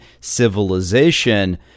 civilization